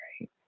right